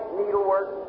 needlework